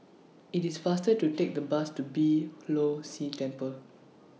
IT IS faster to Take The Bus to Beeh Low See Temple